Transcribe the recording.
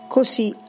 così